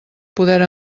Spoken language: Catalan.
poder